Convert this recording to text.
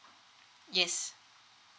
yes